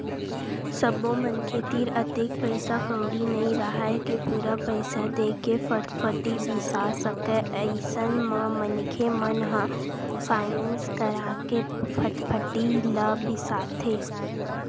सब्बो मनखे तीर अतेक पइसा कउड़ी नइ राहय के पूरा पइसा देके फटफटी बिसा सकय अइसन म मनखे मन ह फायनेंस करा के फटफटी ल बिसाथे